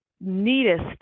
neatest